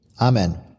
Amen